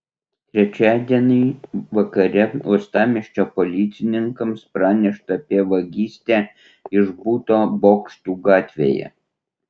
trečiadienį vakare uostamiesčio policininkams pranešta apie vagystę iš buto bokštų gatvėje